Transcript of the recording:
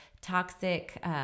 toxic